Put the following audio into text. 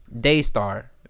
Daystar